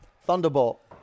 Thunderbolt